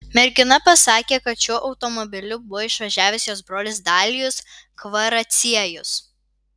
mergina pasakė kad šiuo automobiliu buvo išvažiavęs jos brolis dalijus kvaraciejus